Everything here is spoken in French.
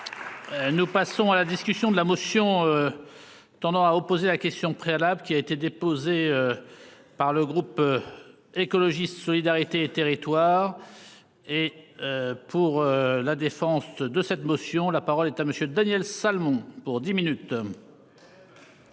Nous passons à la dit. Question de la motion. Tendant à opposer la question préalable qui a été déposée. Par le groupe. Écologiste solidarité et territoires. Et. Pour la défense de cette motion. La parole est à Monsieur Daniel Salmon pour 10 minutes.